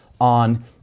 on